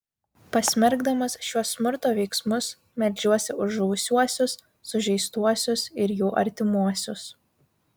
pasmerkdamas šiuos smurto veiksmus meldžiuosi už žuvusiuosius sužeistuosius ir jų artimuosius